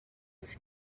its